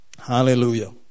Hallelujah